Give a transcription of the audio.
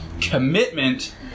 commitment